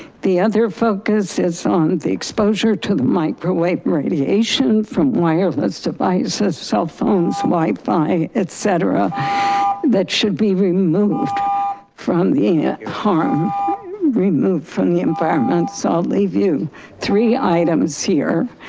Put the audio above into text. the other focus is on the exposure to the microwave radiation from wireless devices, cell phones, wifi, et cetera that should be removed from the ah um removed from the environment. so i'll leave you three items here,